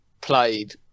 played